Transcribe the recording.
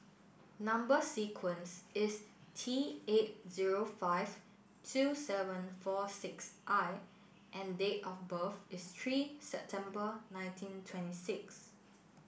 number sequence is T eight zero five two seven four six I and date of birth is three September nineteen twenty six